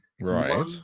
Right